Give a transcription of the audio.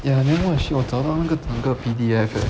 ya then what the shit 我找到那整的 P_D_F leh